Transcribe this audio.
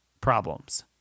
problems